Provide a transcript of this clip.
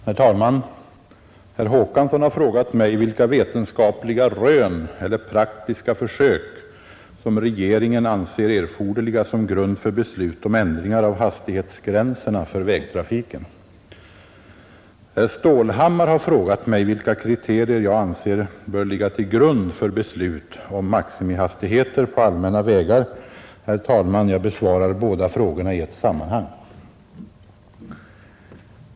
Herr talman! Herr Håkansson har frågat mig vilka vetenskapliga rön eller praktiska försök som regeringen anser erforderliga som grund för beslut om ändringar av hastighetsgränserna för vägtrafiken. Herr Stålhammar har frågat mig vilka kriterier jag anser böra ligga till grund för beslut om maximihastigheter på allmänna vägar. Herr talman! Jag besvarar båda frågorna i ett sammanhang.